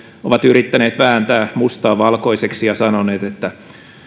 ovat yrittäneet vääntää mustaa valkoiseksi ja sanoneet että